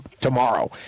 tomorrow